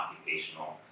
occupational